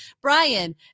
Brian